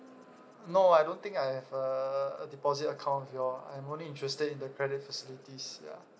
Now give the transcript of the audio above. no I don't think I have a a deposit account with you all I'm only interested in the credit facilities ya